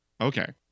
Okay